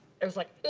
it was like, yeah